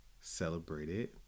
celebrated